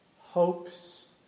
hopes